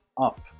Up